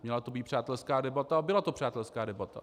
Měla to být přátelská debata a byla to přátelská debata.